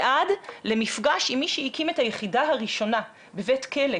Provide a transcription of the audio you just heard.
ועד למפגש עם מי שהקים את היחידה הראשונה בבית כלא